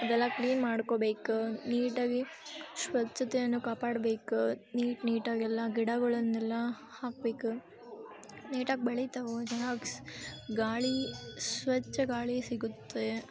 ಅದೆಲ್ಲ ಕ್ಲೀನ್ ಮಾಡ್ಕೋಬೇಕು ನೀಟಾಗಿ ಸ್ವಚ್ಛತೆಯನ್ನು ಕಾಪಾಡಬೇಕು ನೀಟ್ ನೀಟಾಗೆಲ್ಲ ಗಿಡಗಳನ್ನೆಲ್ಲ ಹಾಕಬೇಕು ನೀಟಾಗಿ ಬೆಳಿತಾವೆ ಗಾಳಿ ಸ್ವಚ್ಛ ಗಾಳಿ ಸಿಗುತ್ತೆ